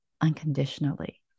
unconditionally